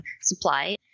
supply